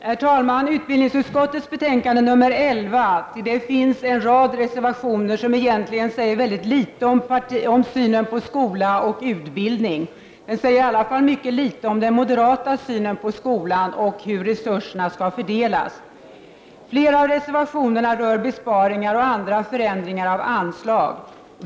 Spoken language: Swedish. Herr talman! Till utbildningsutskottets betänkande 11 finns en rad reservationer fogade som egentligen säger ganska litet om synen på skola och utbildning. De säger i alla fall mycket litet om den moderata synen på skolan och på hur vi tycker att skolans resurser skall fördelas. En del av reservationerna i betänkandet rör besparingar och andra förändringar av anslag.